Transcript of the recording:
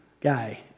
guy